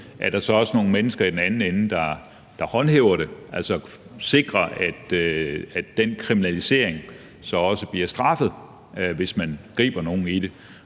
så også er nogle mennesker i den anden ende, der håndhæver det, altså sikrer, at den kriminalisering også bliver straffet, hvis man griber nogen i det.